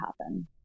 happen